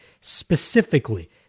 Specifically